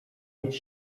bić